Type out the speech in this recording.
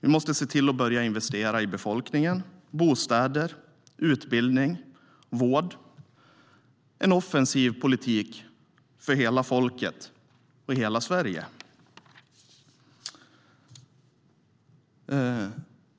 Vi måste börja investera i befolkningen, bostäder, utbildning och vård - en offensiv politik för hela folket, för hela Sverige.